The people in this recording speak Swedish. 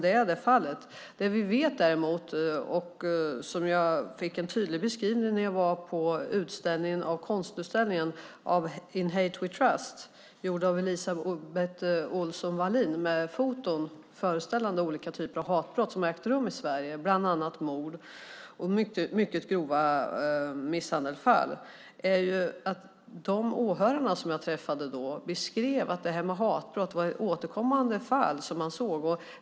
Det vi däremot vet är det som jag fick en tydlig beskrivning av när jag var på konstutställningen In Hate We Trust , gjord av Elisabeth Ohlson Wallin, med foton föreställande olika typer av hatbrott som ägt rum i Sverige, bland annat mord och mycket grova misshandelsfall. De åhörare som jag träffade beskrev att hatbrott var återkommande.